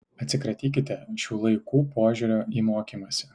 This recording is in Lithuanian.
atsikratykite šių laikų požiūrio į mokymąsi